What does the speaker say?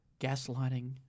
gaslighting